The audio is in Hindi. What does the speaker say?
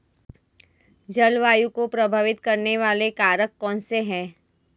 जलवायु को प्रभावित करने वाले कारक कौनसे हैं?